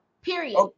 Period